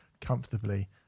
comfortably